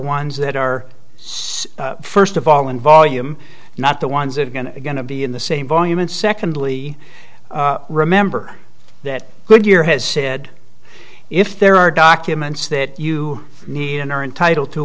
ones that are see first of all in volume not the ones that are going to going to be in the same volume and secondly remember that goodyear has said if there are documents that you need and are entitled to